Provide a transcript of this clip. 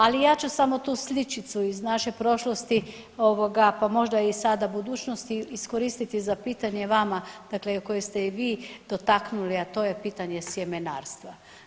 Ali ja ću samo tu sličicu iz naše prošlosti pa možda sada i budućnosti iskoristiti za pitanje vama, dakle koji ste i vi dotaknuli, a to je pitanje sjemenarstva.